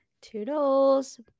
toodles